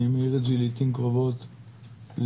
אני מעיר את זה לעיתים קרובות למדי,